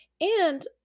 And-